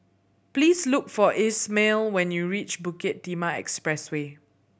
please look for Ishmael when you reach Bukit Timah Expressway